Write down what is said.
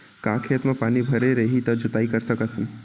का खेत म पानी भरे रही त जोताई कर सकत हन?